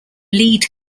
lead